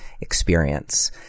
experience